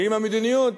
ואם המדיניות